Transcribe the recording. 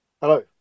Hello